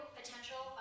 potential